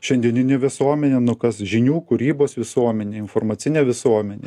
šiandieninė visuomenė nu kas žinių kūrybos visuomenė informacinė visuomenė